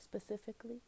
Specifically